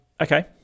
Okay